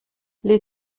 les